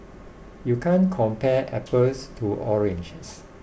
you can't compare apples to oranges